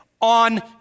on